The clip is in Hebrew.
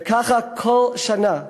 וככה כל שנה,